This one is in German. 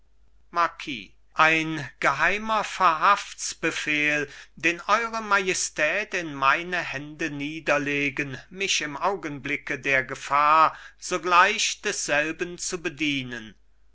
marquis ein geheimer verhaftsbefehl den eure majestät in meine hände niederlegen mich im augenblicke der gefahr sogleich desselben zu bedienen